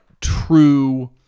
true